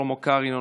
שלמה קרעי,